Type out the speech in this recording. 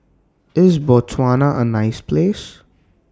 IS Botswana A nice Place